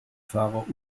fahrer